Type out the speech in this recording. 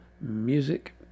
Music